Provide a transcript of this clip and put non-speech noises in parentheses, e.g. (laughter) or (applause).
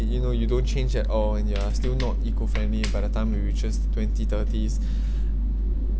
did you know you don't change at all and you are (noise) still not eco friendly by the time you reaches twenty thirties (breath)